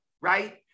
right